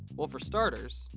well for starters.